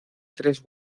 tres